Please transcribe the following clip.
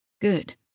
Good